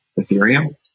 Ethereum